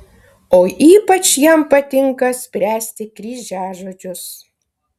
o ypač jam patinka spręsti kryžiažodžius